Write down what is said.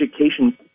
education